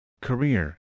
career